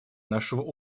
нашего